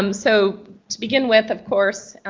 um so to begin with, of course,